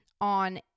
on